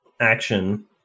action